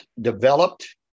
developed